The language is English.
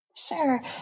Sure